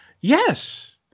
Yes